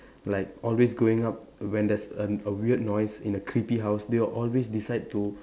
like always going up when there's a a weird noise in a creepy house they'll always decide to